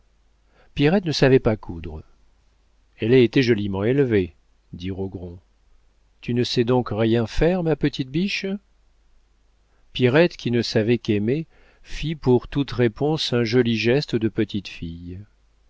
pierrette ne savait pas coudre elle a été joliment élevée dit rogron tu ne sais donc rien faire ma petite biche pierrette qui ne savait qu'aimer fit pour toute réponse un joli geste de petite fille